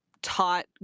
taught